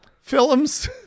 films